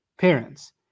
parents